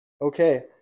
okay